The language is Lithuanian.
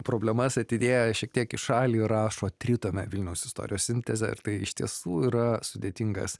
problemas atidėję šiek tiek į šalį rašo tritomę vilniaus istorijos sintezę ir tai iš tiesų yra sudėtingas